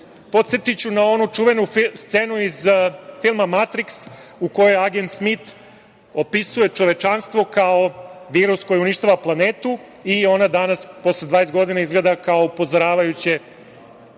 planetu. Podsetiću na onu čuvenu scenu iz filma „Matriks“ u kojoj agent Smit opisuje čovečanstvo kao virus koji uništava planetu i ona danas posle 20 godina izgleda kao upozoravajuće